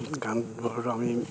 গানবোৰ আমি